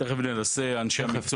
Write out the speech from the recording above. תכף אנשי המקצוע